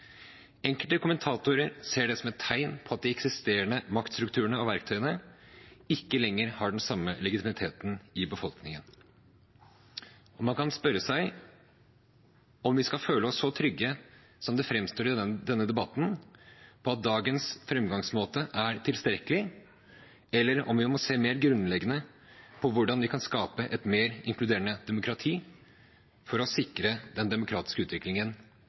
Enkelte kommentatorer ser det som et tegn på at de eksisterende maktstrukturene og verktøyene ikke lenger har den samme legitimiteten i befolkningen. Man kan spørre seg om vi skal føle oss så trygge som det framstår i denne debatten, på at dagens framgangsmåte er tilstrekkelig, eller om vi må ser mer grunnleggende på hvordan vi kan skape et mer inkluderende demokrati for å sikre den demokratiske utviklingen